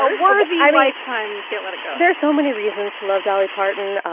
ah worthy ah lifetime can't-let-it-go there are so many reasons to love dolly parton.